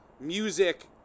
music